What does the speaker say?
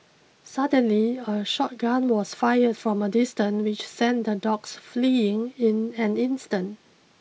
suddenly a shot gun was fired from a distance which sent the dogs fleeing in an instant